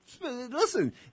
Listen